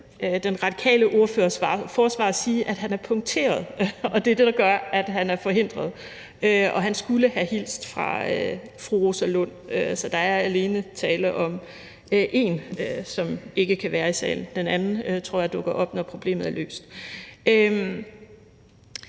den radikale ordførers forsvar sige, at han er punkteret, og det er det, der gør, at han er forsinket. Og han skulle have hilst fra fru Rosa Lund, så der er alene tale om en, som ikke kan være i salen – den anden tror jeg dukker op, når problemet er løst.